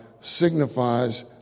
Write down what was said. signifies